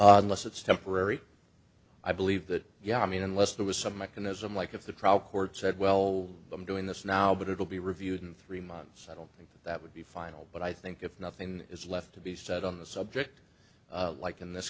unless it's temporary i believe that yeah i mean unless there was some mechanism like of the crowd court said well i'm doing this now but it will be reviewed in three months i don't think that would be final but i think if nothing is left to be said on the subject like in this